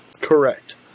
correct